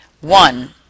One